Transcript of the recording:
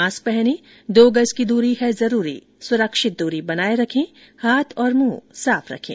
mask पहनें दो गज की दूरी है जरूरी सुरक्षित दूरी बनाए रखें हाथ और मुंह साफ रखें